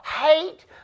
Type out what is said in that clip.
hate